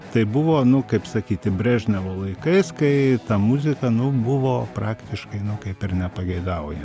tai buvo nu kaip sakyti brežnevo laikais kai ta muzika nu buvo praktiškai nu kaip ir nepageidauja